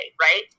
right